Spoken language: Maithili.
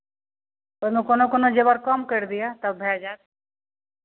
कोनो कोनो कोनो जेवर कम करि दिअ तब भए जायत